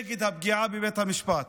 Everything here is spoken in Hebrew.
נגד הפגיעה בבית המשפט.